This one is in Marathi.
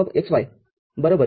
Fxy x x'